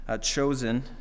chosen